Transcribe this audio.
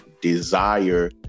desire